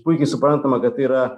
puikiai suprantama kad tai yra